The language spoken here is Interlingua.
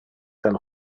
del